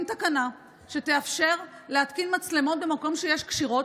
תקנה שתאפשר להתקין מצלמות במקום שיש קשירות,